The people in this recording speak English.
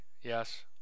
Yes